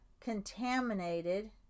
contaminated